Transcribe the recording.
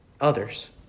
others